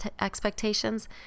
expectations